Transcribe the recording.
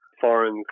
foreign